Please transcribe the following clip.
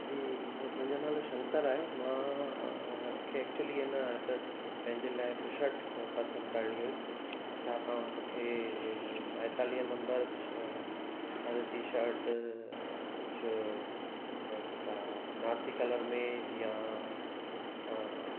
जी मूं मुंहिंजो नालो शंकर आहे मां मूंखे एक्चुअली हे न पंहिंजे लाइ बुशर्ट पसंदि करिणी हुई छा तव्हां मूंखे बाएतालीह नंबर हाणे जी शर्ट कुझु त जेका नासी कलर में या हा